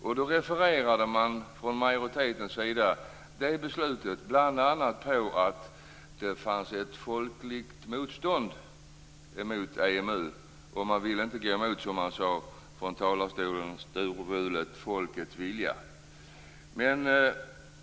Vid det beslutet refererade majoriteten till att det fanns ett folkligt motstånd till EMU, och man ville inte gå emot folkets vilja som man storvulet sade från talarstolen.